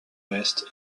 west